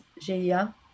Gia